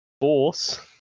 force